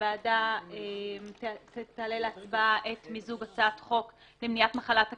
הוועדה תעלה להצבעה את מיזוג הצעת חוק למניעת מחלת הכלבת,